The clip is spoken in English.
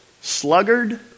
sluggard